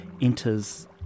enters